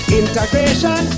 integration